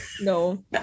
No